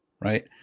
right